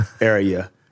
area